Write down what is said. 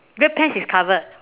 red pants is covered